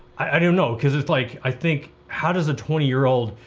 i don't know? cause it's like, i think how does a twenty year old,